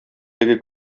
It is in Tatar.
теге